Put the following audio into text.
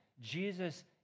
Jesus